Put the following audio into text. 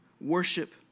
worship